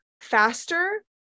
faster